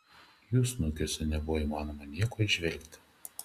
jų snukiuose nebuvo įmanoma nieko įžvelgti